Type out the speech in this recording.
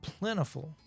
plentiful